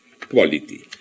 quality